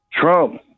Trump